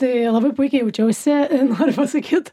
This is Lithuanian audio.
tai labai puikiai jaučiausi noriu pasakyt